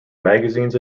magazines